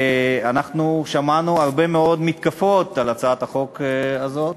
ואנחנו שמענו הרבה מאוד מתקפות על הצעת החוק הזאת,